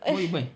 what you buy